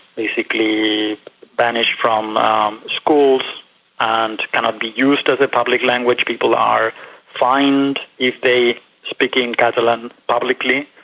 basically banished from um schools and cannot be used as a public language. people are fined if they speak in catalan publicly,